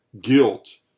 guilt